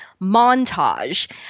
montage